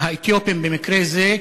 האתיופים במקרה זה,